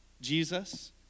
Jesus